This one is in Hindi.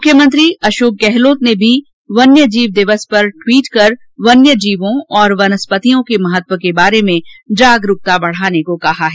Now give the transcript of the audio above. मुख्यमंत्री अशोक गहलोत ने भी वन्य जीव दिवस पर ट्वीट कर वन्य जीवों और यनस्पतियों के महत्व के बारे में जागरूकता बढ़ाने को कहा है